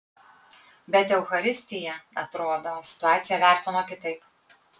bet eucharistija atrodo situaciją vertino kitaip